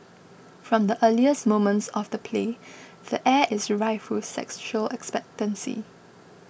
from the earliest moments of the play the air is rife sexual expectancy